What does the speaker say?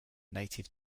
native